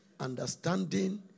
understanding